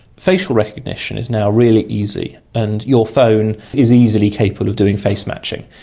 facial recognition is now really easy and your phone is easily capable of doing face matching.